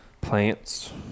Plants